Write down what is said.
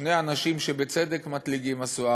שני אנשים שבצדק מדליקים משואה,